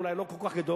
או אולי לא כל כך גדול,